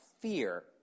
fear